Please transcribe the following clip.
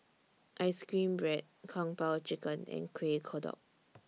Ice Cream Bread Kung Po Chicken and Kueh Kodok